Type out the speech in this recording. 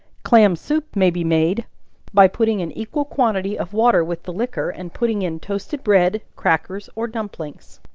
clam soup may be made by putting an equal quantity of water with the liquor, and putting in toasted bread, crackers or dumplings.